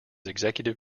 executive